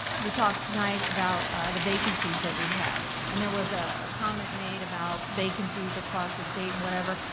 we talked tonight about the vacancies that we have and there was a comment made about vacancies across the state and whatever.